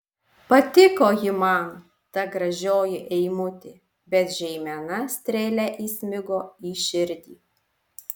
patiko ji man ta gražioji eimutė bet žeimena strėle įsmigo į širdį